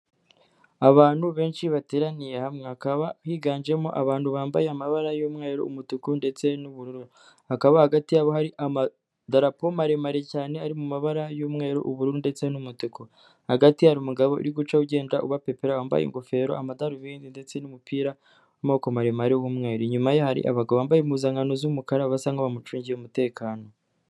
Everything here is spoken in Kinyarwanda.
Abantu benshi bateraniye hamwe hakaba higanjemo abantu bambaye amabara y'umweru, umutuku ndetse n'ubururu hakaba hagati hari amadarapo maremare cyane ari mu mabara y'umweru, ubururu ndetse n'umutuku. Hagati hari umugabo uri gucaho ugenda uba pepera wambaye ingofero, amadarubindi ndetse n'umupira w'amaboko maremare w'umweru, inyuma hari abagabo bambaye impuzankano z'umukara basa nkaho bamucungiye umutekano.